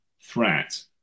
threat